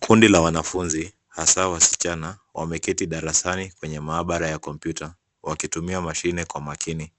Kundi la wanafunzi, hasa wasichana, wameketi darasani kwenye maabara ya kompyuta wakitumia mashine kwa makini.